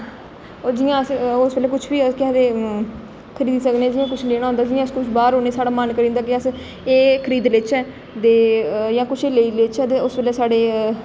होर जि'यां अस उसलै कुछ बी अस केह् आखदे खरीदी सकने जि'यां कुछ लैना होंदा जि'यां अस बाहर होने साढ़ा मन करी जंदा कि अस एह् एह् खरीद लैचे दे जां कुछ लेई लैचे ते उस बेल्लै साढ़े